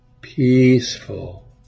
peaceful